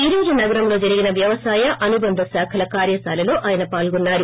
ఈ రోజు నగరంలో జరిగిన వ్యవసాయ అనుబంధ శాఖల కార్యశాలలో ఆయన పాల్గొన్నారు